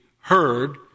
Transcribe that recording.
heard